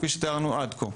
כפי שתיארנו עד כה,